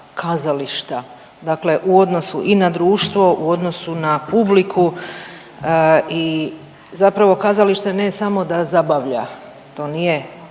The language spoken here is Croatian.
kazališta u odnosu i na društvo u odnosu na publiku i zapravo kazalište ne samo da zabavlja, to nije